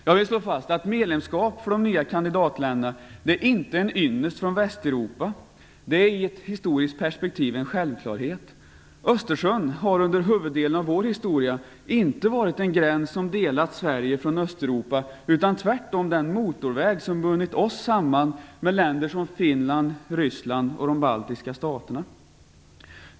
Jag vill slå fast att medlemskap för de nya kandidatländerna inte är en ynnest från Västeuropa - det är i ett historiskt perspektiv en självklarhet. Östersjön har under huvuddelen av vår historia inte varit en gräns som delat Sverige från Östeuropa utan tvärtom den motorväg som bundit oss samman med länder som Finland, Ryssland och de baltiska staterna.